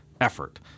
effort